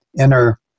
inner